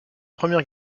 première